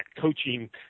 coaching